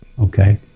okay